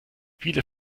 viele